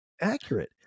accurate